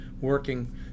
working